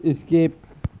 scape